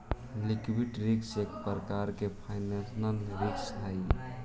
liquidity risk एक प्रकार के फाइनेंशियल रिस्क हई